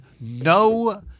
no